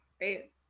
right